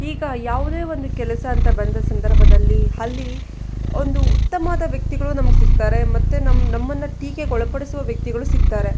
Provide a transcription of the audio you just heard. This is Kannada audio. ಈಗ ಯಾವುದೇ ಒಂದು ಕೆಲಸ ಅಂತ ಬಂದ ಸಂದರ್ಭದಲ್ಲಿ ಅಲ್ಲಿ ಒಂದು ಉತ್ತಮವಾದ ವ್ಯಕ್ತಿಗಳು ನಮ್ಗೆ ಸಿಗ್ತಾರೆ ಮತ್ತು ನಮ್ಮ ನಮ್ಮನ್ನು ಟೀಕೆಗೊಳಪಡಿಸುವ ವ್ಯಕ್ತಿಗಳು ಸಿಗ್ತಾರೆ